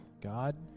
God